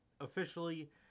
officially